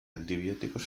antibióticos